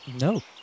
No